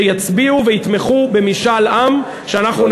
שיצביעו ויתמכו במשאל עם שאנחנו,